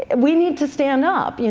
and we need to stand up. yeah